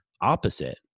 Opposite